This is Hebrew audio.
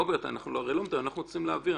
רגע רוברט, אנחנו רוצים להעביר.